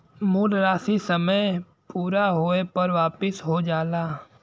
मूल राशी समय पूरा होये पर वापिस हो जाला